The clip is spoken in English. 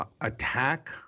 attack